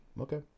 Okay